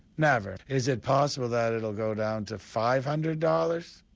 never. is it possible that'll go down to five hundred dollars?